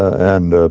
and